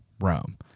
Rome